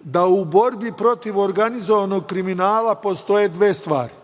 da u borbi protiv organizovanog kriminala postoje dve stvari.